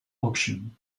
auction